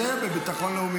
אז זה יהיה בביטחון לאומי.